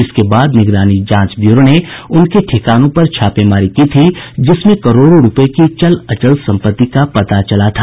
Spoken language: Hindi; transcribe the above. इसके बाद निगरानी जांच ब्यूरो ने उनके ठिकानों पर छापेमारी की थी जिसमें करोड़ों रूपये की चल अचल सम्पत्ति का पता चला था